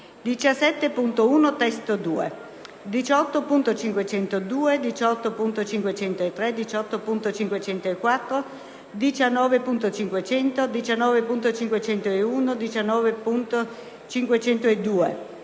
17.1 (testo 2), 18.502, 18.503, 18.504, 19.500, 19.501 e 19.502.